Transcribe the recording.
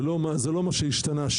זה לא מה שהשתנה,